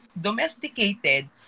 domesticated